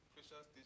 Precious